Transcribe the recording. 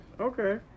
okay